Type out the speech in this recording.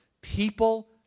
People